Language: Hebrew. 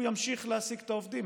הוא ימשיך להעסיק את העובדים.